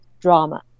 drama